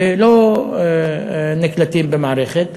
ולא נקלטים במערכת.